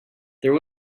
there